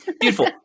Beautiful